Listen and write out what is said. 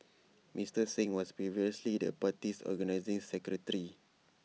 Mister Singh was previously the party's organising secretary